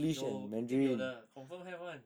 no 一定有的 confirm have [one]